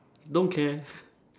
don't care